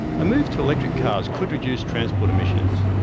a move to electric cars could reduce transport emissions,